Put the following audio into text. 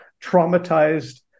traumatized